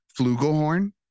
Flugelhorn